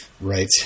Right